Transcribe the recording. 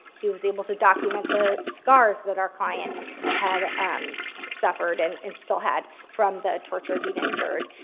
he was able to document the scars that our client had um suffered and and still had from the torture he'd endured.